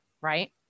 right